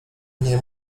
nie